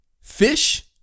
Fish